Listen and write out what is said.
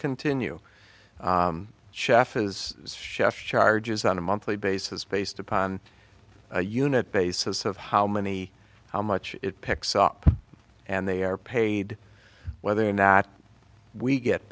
continue chef is chef charges on a monthly basis based upon a unit basis of how many how much it picks up and they are paid whether or not we get